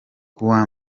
kuwa